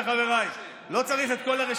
אין מכרים וחברים בוועדת איתור,